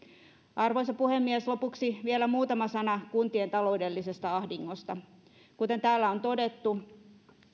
arvoisa puhemies lopuksi vielä muutama sana kuntien taloudellisesta ahdingosta kuten täällä on todettu